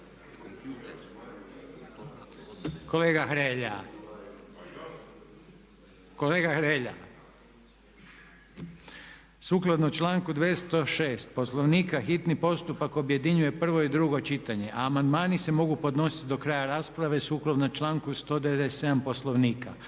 uopće? Sukladno članku 206. Poslovnika hitni postupak objedinjuje prvo i drugo čitanje, a amandmani se mogu podnositi do kraja rasprave sukladno članku 197. Poslovnika.